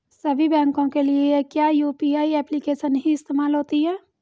सभी बैंकों के लिए क्या यू.पी.आई एप्लिकेशन ही इस्तेमाल होती है?